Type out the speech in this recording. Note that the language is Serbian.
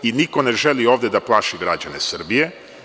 Niko ne želi ovde da plaši građane Srbije.